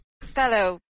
fellow